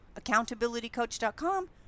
accountabilitycoach.com